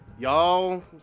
Y'all